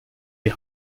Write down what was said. die